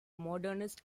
modernist